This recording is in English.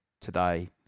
today